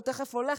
הוא תכף הולך,